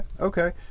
Okay